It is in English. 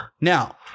Now